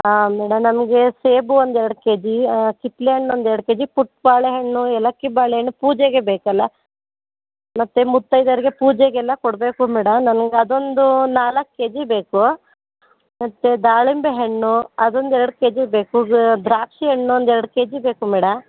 ಹಾಂ ಮೇಡ ನಮಗೆ ಸೇಬು ಒಂದು ಎರಡು ಕೆಜಿ ಕಿತ್ಳೆ ಹಣ್ಣೊಂದು ಎರಡು ಕೆಜಿ ಪುಟ್ಟಬಾಳೆ ಹಣ್ಣು ಏಲಕ್ಕಿ ಬಾಳೆ ಹಣ್ಣು ಪೂಜೆಗೆ ಬೇಕಲ್ಲ ಮತ್ತು ಮುತ್ತೈದೆಯರ್ಗೆ ಪೂಜೆಗೆಲ್ಲ ಕೊಡಬೇಕು ಮೇಡ ನನ್ಗೆ ಅದೊಂದು ನಾಲ್ಕು ಕೆಜಿ ಬೇಕು ಮತ್ತು ದಾಳಿಂಬೆ ಹಣ್ಣು ಅದೊಂದು ಎರಡು ಕೆಜಿ ಬೇಕು ಬ ದ್ರಾಕ್ಷಿ ಹಣ್ಣು ಒಂದೆರಡು ಕೆಜಿ ಬೇಕು ಮೇಡ